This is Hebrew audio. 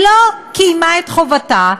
לא קיימה את חובתה,